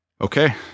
Okay